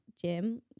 gym